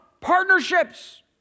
partnerships